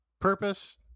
purpose